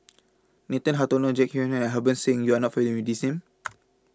Nathan Hartono Jek Yeun Thong and Harbans Singh YOU Are not familiar with These Names